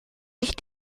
sich